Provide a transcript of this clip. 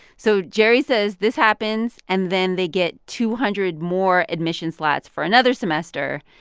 so jerry says this happens, and then they get two hundred more admissions slots for another semester.